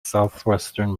southwestern